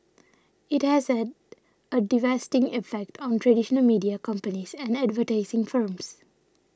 it has had a devastating effect on traditional media companies and advertising firms